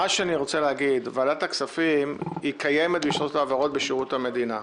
ועדת הכספים קיימת בשביל לעשות העברות בשירות המדינה.